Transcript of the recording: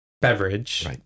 beverage